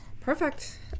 Perfect